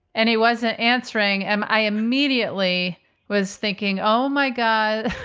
and he wasn't answering. and i immediately was thinking, oh, my god,